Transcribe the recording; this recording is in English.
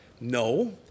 No